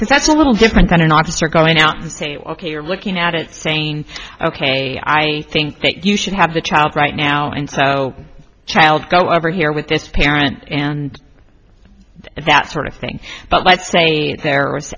because that's a little different kind of officer going out to say ok you're looking at it saying ok i think you should have the child right now and so child go over here with this parent and that sort of thing but let's say there